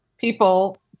people